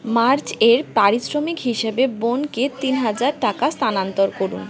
March এর পারিশ্রমিক হিসেবে বোনকে তিন হাজার টাকা স্থানান্তর করুন